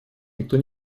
никто